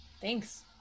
thanks